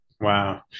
Wow